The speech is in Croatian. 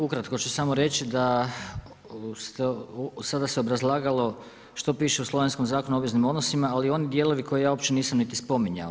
Ukratko ću samo reći da sada se obrazlagalo što piše u slovenskom Zakonu o obveznim odnosima, ali oni dijelovi koje ja uopće nisam niti spominjao.